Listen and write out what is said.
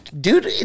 dude